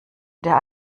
der